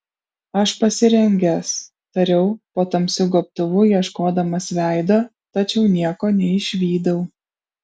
aš pasirengęs tariau po tamsiu gobtuvu ieškodamas veido tačiau nieko neišvydau